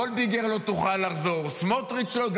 וולדיגר לא תוכל לחזור, סמוטריץ' לא.